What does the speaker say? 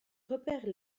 repère